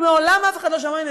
ומעולם אף אחד לא שמע ממני,